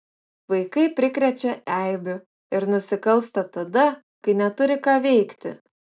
vaikai prikrečia eibių ir nusikalsta tada kai neturi ką veikti